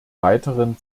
weiteren